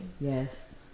Yes